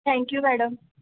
thank you madam